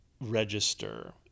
register